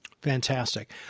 Fantastic